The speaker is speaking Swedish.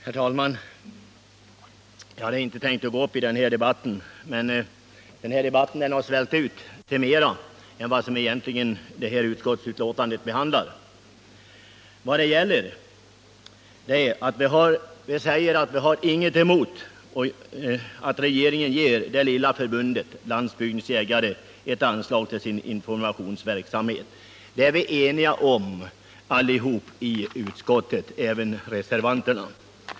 Herr talman! Jag hade inte tänkt att gå upp i den här debatten, men gör det i alla fall eftersom den kommit att gälla mer än vad som behandlas i utskottsbetänkandet. Utskottet säger att vi inte har någonting emot att regeringen ger det lilla förbundet, Jägarnas riksförbund-Landsbygdens jägare, ett anslag för informationsverksamheten. Om detta är alla i utskottet eniga, alltså även reservanterna.